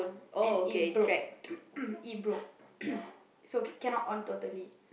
and it broke it broke so cannot on totally